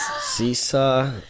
Seesaw